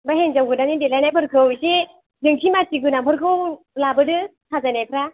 बे हिनजाव गोदाननि देलायनायफोरखौ इसे जोंथि माथि गोनांफोरखौ लाबोदो साजायनाफ्रा